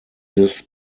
this